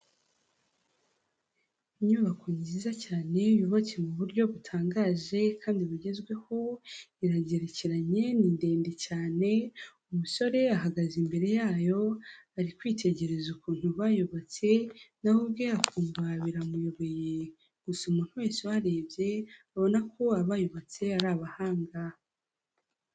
Inyubako nziza cyane yubatse mu buryo butangaje kandi bugezweho, iragerekeranye, ni ndende cyane, umusore ahagaze imbere yayo, ari kwitegereza ukuntu bayubatse, nawe ubwe akumva biramuyobeye gusa umuntu wese uharebye abona ko abayubatse ari abahanga.